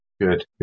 Good